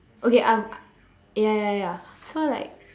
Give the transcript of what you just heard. okay I'm ya ya ya so like